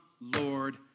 Lord